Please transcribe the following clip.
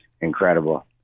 incredible